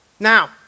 Now